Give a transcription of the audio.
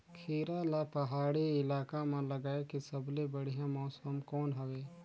खीरा ला पहाड़ी इलाका मां लगाय के सबले बढ़िया मौसम कोन हवे?